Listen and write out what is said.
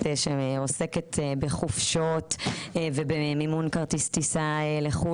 שעוסקת בחופשות ובמימון כרטיס טיסה לחו"ל,